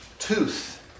tooth